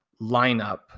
lineup